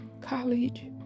College